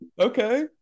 Okay